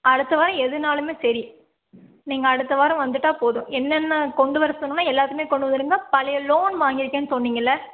அடுத்த வாரம் எதுனாலுமே சரி நீங்கள் அடுத்த வாரம் வந்துவிட்டா போதும் என்னென்ன கொண்டு வர சொன்னேனோ எல்லாத்தையுமே கொண்டு வந்துவிடுங்க பழைய லோன் வாங்கிருக்கேன்னு சொன்னீங்களே